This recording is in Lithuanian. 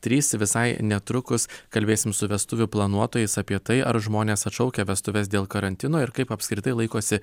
trys visai netrukus kalbėsim su vestuvių planuotojais apie tai ar žmonės atšaukia vestuves dėl karantino ir kaip apskritai laikosi